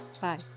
Bye